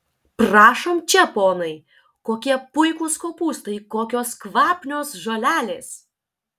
prašom čia ponai kokie puikūs kopūstai kokios kvapnios žolelės